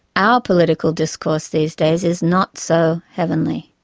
our political discourse these days is not so heavenly.